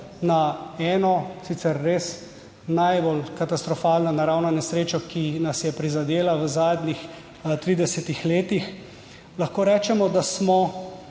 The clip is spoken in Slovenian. na eno, sicer res najbolj katastrofalno naravno nesrečo, ki nas je prizadela v zadnjih 30 letih, lahko rečemo, da smo